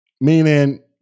Meaning